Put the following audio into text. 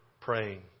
praying